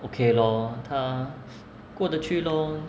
okay lor 它过得去 lor